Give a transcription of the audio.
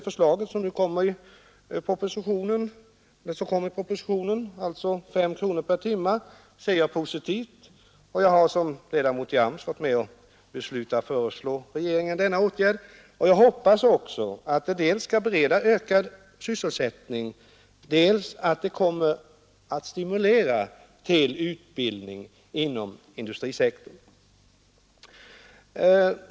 Förslaget i propositionen om fem kronor per timme ser jag som positivt. Jag har som ledamot i AMS varit med om att besluta föreslå regeringen denna åtgärd. Jag hoppas också att den dels skall bereda ökad sysselsättning, dels stimulera till utbildning inom industrisektorn.